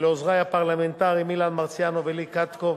ולעוזרי הפרלמנטריים אילן מרסיאנו ולי קטקוב,